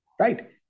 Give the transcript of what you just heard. Right